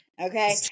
okay